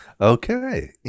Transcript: Okay